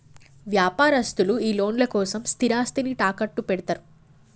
వ్యాపారస్తులు ఈ లోన్ల కోసం స్థిరాస్తిని తాకట్టుపెడ్తరు